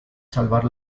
salvar